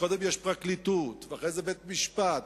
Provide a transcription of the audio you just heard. קודם יש פרקליטות ואחרי זה בית-משפט,